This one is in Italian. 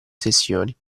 sessioni